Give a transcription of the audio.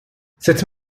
cette